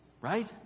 right